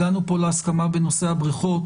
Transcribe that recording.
הגענו פה להסכמה בנושא הבריכות,